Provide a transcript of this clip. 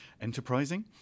enterprising